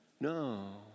No